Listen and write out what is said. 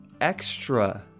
extra